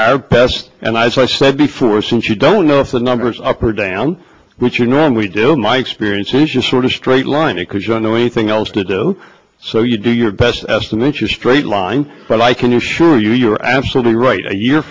our best and i said before since you don't know if the numbers up or down which you normally do in my experience is just sort of a straight line because you don't know anything else to do so you do your best estimate you straight line but i can assure you you're absolutely right a year